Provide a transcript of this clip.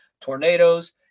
tornadoes